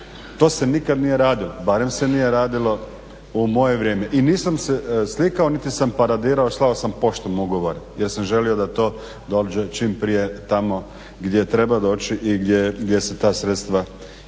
To se nikad nije radilo, barem se nije radilo u moje vrijeme. I nisam se slikao niti sam paradirao, slao sam poštom ugovore jer sam želio da to dođe čim prije tamo gdje treba doći i gdje su se ta sredstva trebala